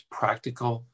practical